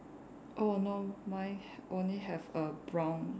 oh no mine ha~ only have a brown